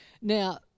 Now